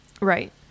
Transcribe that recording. Right